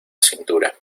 cintura